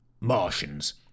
Martians